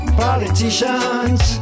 politicians